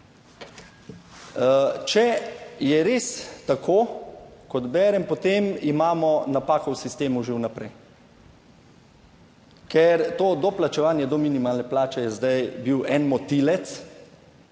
Če je res tako, kot berem, potem imamo napako v sistemu že vnaprej. Ker to doplačevanje do minimalne plače je zdaj bil en motilec,